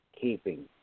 keeping